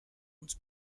uns